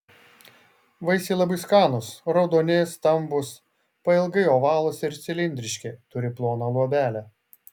vaisiai labai skanūs raudoni stambūs pailgai ovalūs ir cilindriški turi ploną luobelę